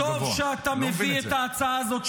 טוב שאתה מביא את ההצעה הזאת,